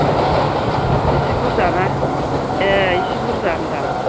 एह एसे बुरजाना ए एसे बुरजा होनदों आं